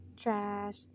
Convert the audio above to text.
trash